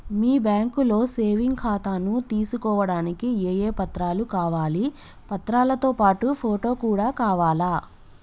మీ బ్యాంకులో సేవింగ్ ఖాతాను తీసుకోవడానికి ఏ ఏ పత్రాలు కావాలి పత్రాలతో పాటు ఫోటో కూడా కావాలా?